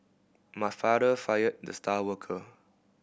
my father fired the star worker